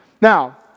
Now